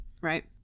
Right